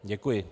Děkuji.